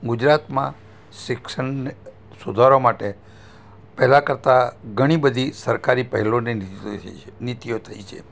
ગુજરાતમાં શિક્ષણને સુધારવા માટે પહેલાં કરતાં ઘણી બધી સરકારી પહેલો અને નીતિઓ થઈ છે